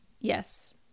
yes